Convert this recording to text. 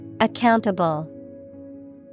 Accountable